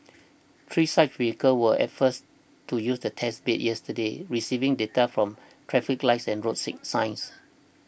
three such vehicles were at first to use the test bed yesterday receiving data from traffic lights and road seek signs